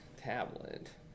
tablet